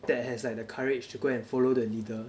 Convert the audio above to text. that has like the courage to go and follow the leader